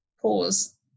pause